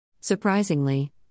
Surprisingly